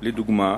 לדוגמה: